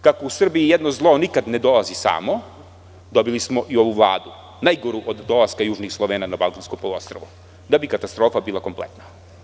Kako u Srbiji jedno zlo nikada ne dolazi samo, dobili smo i ovu vladu, najgoru od dolaska južnih Slovena na Balkansko poluostrvo, da bi katastrofa bila kompletna.